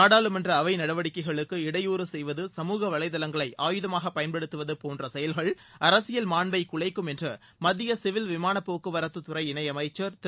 நாடாளுமன்ற அவை நடவடிக்கைகளுக்கு இடையூறு செய்வது சமூக வலைத்தளங்களை ஆயுதமாக பயன்படுத்துவது போன்ற செயல்கள் அரசியல் மாண்டை குலைக்கும் என்று மத்திய சிவில் விமானப் போக்குவரத்துத்துறை இணையமைச்சர் திரு